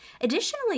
Additionally